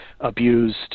abused